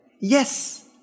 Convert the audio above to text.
Yes